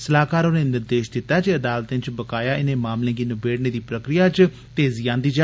सलाहकार होरें निर्देश दिता जे अदालतै च बकाया इनें मामलें गी नबेड़ने दी प्रक्रिया च तेज़ी आन्दी जा